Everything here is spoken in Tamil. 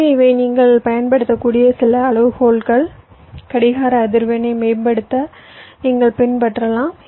எனவே இவை நீங்கள் பயன்படுத்தக்கூடிய சில அளவுகோல்கள் கடிகார அதிர்வெண்ணை மேம்படுத்த நீங்கள் பின்பற்றலாம்